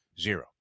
Zero